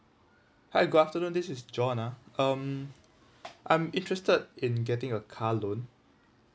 hi good afternoon this is john ah um I'm interested in getting a car loan